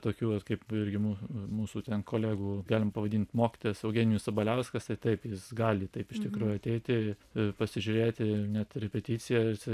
tokių vat kaip ir irgi mū mūsų ten kolegų galim pavadint mokytojas eugenijus sabaliauskas tai taip jis gali taip iš tikrųjų ateiti pasižiūrėti net repeticijose